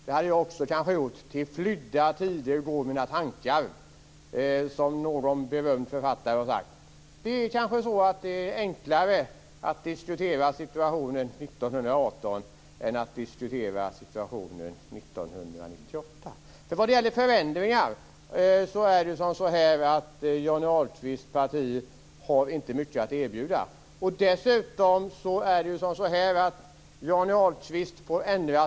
Det hade jag också kanske gjort - till flydda tider går mina tankar, som någon berömd författare har sagt. Det kanske är enklare att diskutera situationen 1918 än att diskutera situationen 1998. Vad det gäller förändringar har Johnny Ahlqvists parti nämligen inte mycket att erbjuda. Dessutom har artikel.